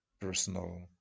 personal